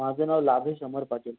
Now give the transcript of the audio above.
माझं नाव लाभेश अमर पाटील